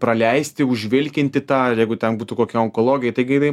praleisti užvilkinti tą ir jeigu ten būtų kokia onkologija taigi jinai